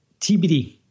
TBD